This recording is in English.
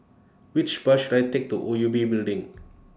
Which Bus should I Take to O U B Building